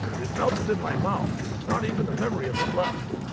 it melted in my mouth, there's not even the memory of it left.